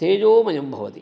तेजोमयं भवति